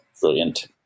brilliant